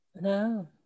No